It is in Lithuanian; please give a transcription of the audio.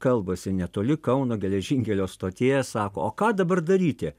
kalbasi netoli kauno geležinkelio stoties sako o ką dabar daryti